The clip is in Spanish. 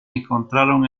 encontraron